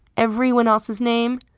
everyone else's name,